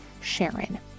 SHARON